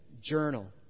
journal